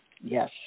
yes